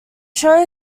show